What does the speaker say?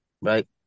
Right